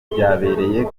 byabereye